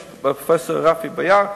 יש פרופסור רפי ביאר,